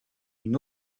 une